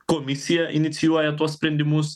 komisija inicijuoja tuos sprendimus